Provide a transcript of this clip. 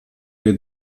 que